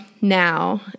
now